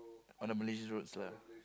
on the Malaysia roads lah